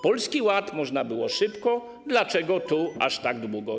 Polski Ład można było szybko, dlaczego tu aż tak długo?